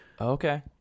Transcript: Okay